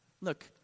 look